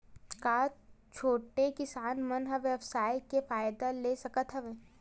का छोटे किसान मन ई व्यवसाय के फ़ायदा ले सकत हवय?